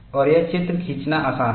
और यह चित्र खींचना आसान है